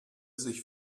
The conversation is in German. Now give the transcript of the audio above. sich